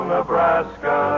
Nebraska